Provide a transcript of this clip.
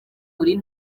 kuri